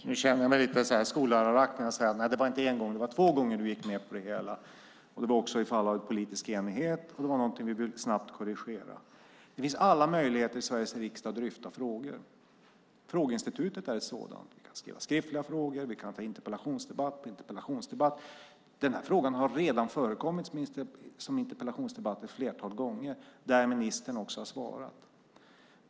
Fru talman! Jag känner mig lite skolläraraktig när jag nu säger att det inte var en gång utan två gånger ni gick med på det hela. Det var också ett fall av politisk enighet, och det var något vi snabbt behövde korrigera. Det finns alla möjligheter att dryfta frågor i Sveriges riksdag. Frågeinstitutet är en sådan möjlighet. Man kan ställa skriftliga frågor, och vi kan ha interpellationsdebatt på interpellationsdebatt. Frågan har redan förekommit i flera interpellationsdebatter, och ministern har svarat.